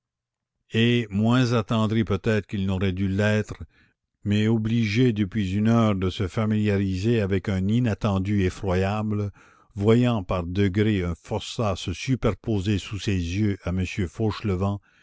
et moins attendri peut-être qu'il n'aurait dû l'être mais obligé depuis une heure de se familiariser avec un inattendu effroyable voyant par degrés un forçat se superposer sous ses yeux à